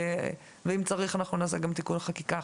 ואם צריך נעשה גם תיקון חקיקה.